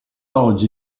oggi